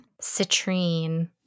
Citrine